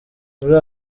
muri